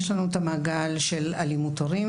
יש לנו את המעגל של אלימות הורים.